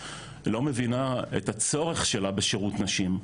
לא מבינה את הצורך שלה בשירות נשים,